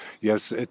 Yes